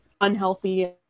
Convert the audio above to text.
unhealthy